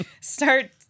start